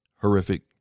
horrific